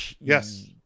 Yes